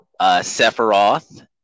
Sephiroth